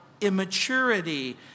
immaturity